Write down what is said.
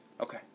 Okay